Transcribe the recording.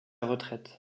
retraite